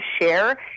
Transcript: share